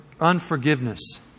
unforgiveness